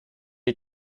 est